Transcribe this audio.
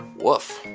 woof